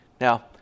Now